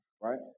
right